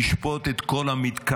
היא תשפוט את כל המתקרנפים,